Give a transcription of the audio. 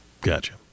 Gotcha